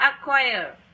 Acquire